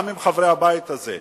גם עם חברי הבית הזה,